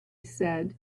said